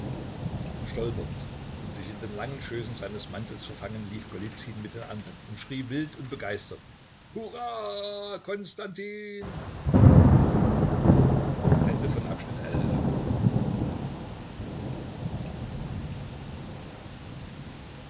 stolpernd und sich in den langen schößen seines mantels verfangend lief golizyn mit den andern und schrie wild und begeistert hurra